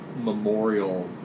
memorial